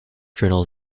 journals